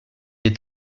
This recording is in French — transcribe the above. est